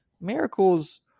miracles